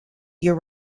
year